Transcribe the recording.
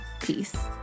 Peace